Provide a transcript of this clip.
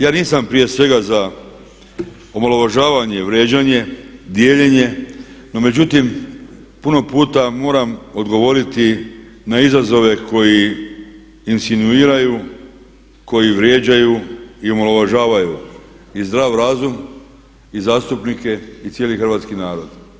Ja nisam prije svega za omalovažavanje i vrijeđanje, dijeljenje no međutim puno puta moram odgovoriti na izazove koji insinuiraju, koji vrijeđaju i omalovažavaju i zdrav razum i zastupnike i cijeli hrvatski narod.